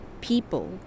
people